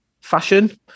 fashion